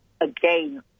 again